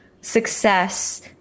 success